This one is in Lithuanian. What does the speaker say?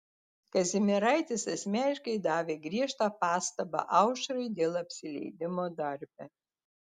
kazimieraitis asmeniškai davė griežtą pastabą aušrai dėl apsileidimo darbe